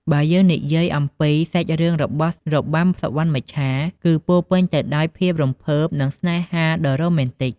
បើយើងនិយាយអំពី សាច់រឿងរបស់របាំសុវណ្ណមច្ឆា គឺពោរពេញទៅដោយភាពរំភើបនិងស្នេហាដ៏រ៉ូមែនទិក។